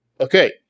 Okay